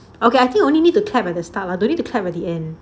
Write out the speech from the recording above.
okay I think we only need to clap at the start but don't need to clap at the end